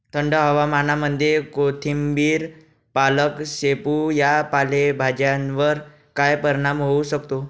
थंड हवामानामध्ये कोथिंबिर, पालक, शेपू या पालेभाज्यांवर काय परिणाम होऊ शकतो?